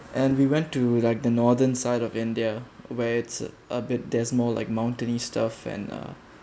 and we went to like the northern side of india where it's a bit there's more like mountaineers stuff and ah